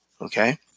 Okay